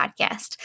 podcast